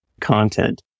content